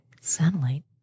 Satellite